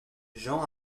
jean